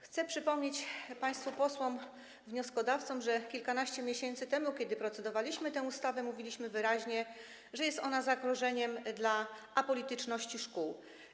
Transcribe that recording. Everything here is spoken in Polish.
Chcę przypomnieć państwu posłom wnioskodawcom, że kilkanaście miesięcy temu, kiedy procedowaliśmy nad tą ustawą, mówiliśmy wyraźnie, że jest ona zagrożeniem dla apolityczności szkół.